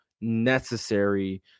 necessary